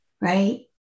right